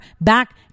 back